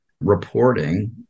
reporting